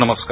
नमस्कार